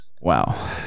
Wow